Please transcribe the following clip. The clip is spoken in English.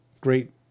great